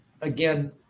again